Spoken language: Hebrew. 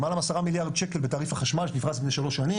למעלה מ-10 מיליארד שקל בתעריף החשמל שנפרס על פני שלוש שנים,